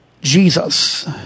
Jesus